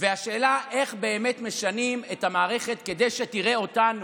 השאלה איך באמת משנים את המערכת כדי שתראה אותנו,